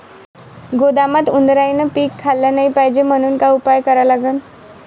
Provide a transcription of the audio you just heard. गोदामात उंदरायनं पीक खाल्लं नाही पायजे म्हनून का उपाय करा लागन?